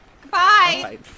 Goodbye